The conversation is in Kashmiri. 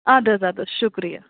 آدٕ حظ آدٕ حظ شُکریہ